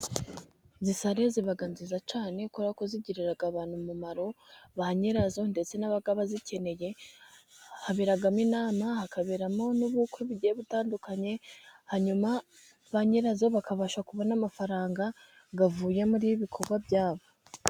Izi sale ziba nziza cyane kubera ko zigirira abantu umumaro ba nyirazo ndetse n'abazikeneye haberamo inama, hakaberamo n'ubukwe bugiye butandukanye ,hanyuma ba nyirazo bakabasha kubona amafaranga avuye mu bikorwa byabo.